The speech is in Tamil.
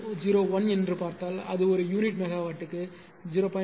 01 என்று பார்த்தால் அது ஒரு யூனிட் மெகாவாட்டுக்கு 0